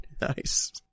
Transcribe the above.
Nice